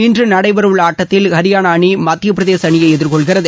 இன்று நடைபெறவுள்ள ஆட்டத்தில் ஹரியானா அணி மத்திய பிரதேச அணியை எதிர்கொள்கிறது